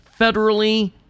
federally